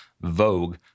Vogue